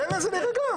תן לזה להירגע.